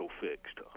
fixed